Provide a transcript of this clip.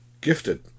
Gifted